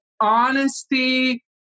honesty